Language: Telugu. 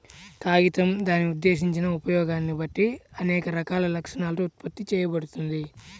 కాగితం దాని ఉద్దేశించిన ఉపయోగాన్ని బట్టి అనేక రకాల లక్షణాలతో ఉత్పత్తి చేయబడుతుంది